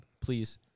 please